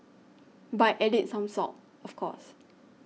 by adding some salt of course